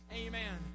amen